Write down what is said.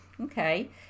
Okay